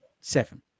seven